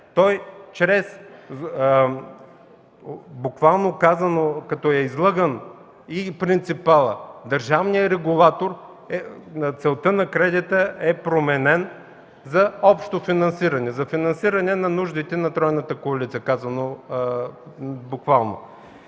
Буквално казано, като е излъган и принципалът, държавният регулатор – целта на кредита е променен за общо финансиране, за финансиране на нуждите на тройната коалиция. Уважаеми